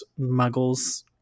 muggles